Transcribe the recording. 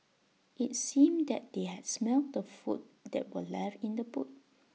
IT seemed that they had smelt the food that were left in the boot